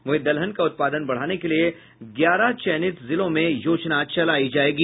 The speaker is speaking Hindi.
वहीं दलहन का उत्पादन बढ़ाने के लिए ग्यारह चयनित जिलों में योजना चलायी जायेगी